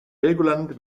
helgoland